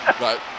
Right